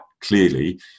clearly